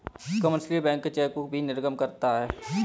commercial bank chequebook भी निर्गम करता है